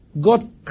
God